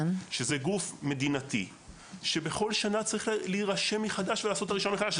שזה גוף מדינתי שבכל שנה צריך להירשם מחדש ולעשות את הרישיון מחדש.